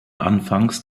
anfangs